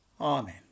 Amen